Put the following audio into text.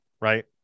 Right